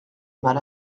mal